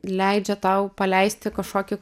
leidžia tau paleisti kažkokį